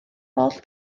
holl